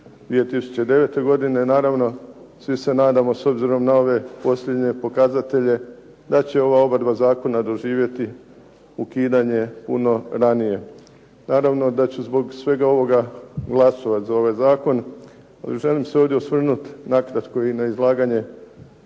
2009. godine. Naravno svi se nadamo s obzirom na ove posljednje pokazatelje da će ova obrada zakona doživjeti ukidanje puno ranije. Naravno da ću zbog svega ovoga glasovati za ovaj zakon. Želim se ovdje osvrnuti nakratko i na izlaganje